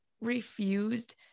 refused